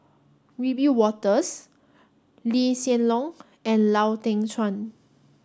Wiebe Wolters Lee Hsien Loong and Lau Teng Chuan